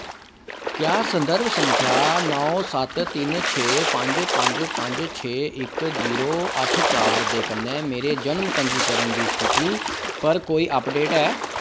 क्या संदर्भ संख्या नौ सत्त तिन छे पंज पंज पंज छे इक जीरो अट्ठ चार दे कन्नै मेरे जन्म पंजीकरण दी स्थिति पर कोई अपडेट ऐ